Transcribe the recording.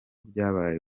byabaye